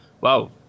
wow